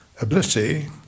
ability